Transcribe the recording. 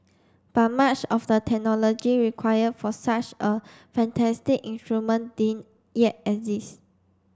but much of the technology require for such a fantastic instrument yet exist